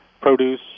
produce